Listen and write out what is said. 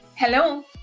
Hello